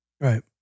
Right